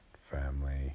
family